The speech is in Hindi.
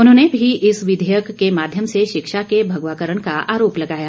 उन्होंने भी इस विधेयक के माध्यम से शिक्षा के भगवाकरण का आरोप लगाया